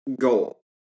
goal